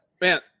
man